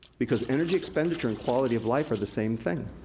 because energy expenditure and quality of life are the same thing.